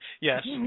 Yes